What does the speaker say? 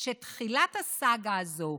שתחילת הסאגה הזאת,